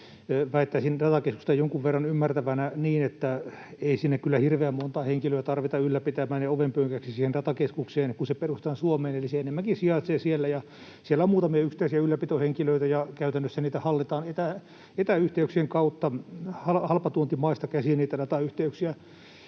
Väittäisin datakeskusta jonkun verran ymmärtävänä, että ei siihen datakeskukseen kyllä hirveän montaa henkilöä tarvita ylläpitämään ja ovenpönkäksi, kun se perustetaan Suomeen. Eli se enemmänkin sijaitsee siellä, ja siellä on muutamia yksittäisiä ylläpitohenkilöitä, ja käytännössä niitä datayhteyksiä hallitaan etäyhteyksien kautta halpatuontimaista käsin. Ei se